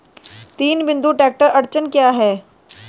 तीन बिंदु ट्रैक्टर अड़चन क्या है?